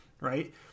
right